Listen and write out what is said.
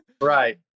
Right